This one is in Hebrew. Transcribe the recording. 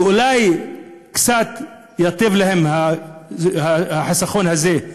ואולי קצת ייטיב להם החיסכון הזה,